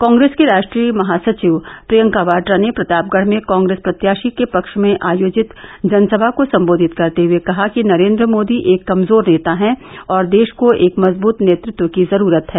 कॉग्रेस की राश्ट्रीय महासचिव प्रियंका वाड्रा ने प्रतापगढ़ में कॉग्रेस प्रत्याषी के पक्ष में आयोजित जनसभा को सम्बोधित करते हुये कहा कि नरेन्द्र मोदी एक कमजोर नेता हैं और देष को एक मजबूत नेतृत्व की जरूरत है